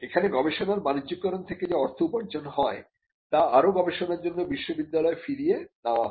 এখানে গবেষণার বাণিজ্যকরণ থেকে যে অর্থ উপার্জন হয় তা আরো গবেষণার জন্য বিশ্ববিদ্যালয়ে ফিরিয়ে নেওয়া হয়